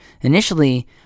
initially